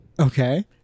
Okay